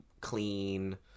clean